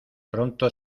pronto